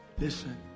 Listen